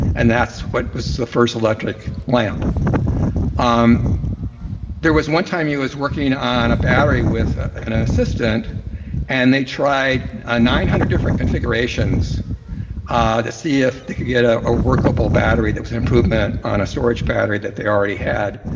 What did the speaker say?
and that's what was the first electric lamp um there was one time he was working on a battery with an assistant and they tried ah nine hundred different configurations ah to see if they could get ah a workable battery that was an improvement on a storage battery that they already had,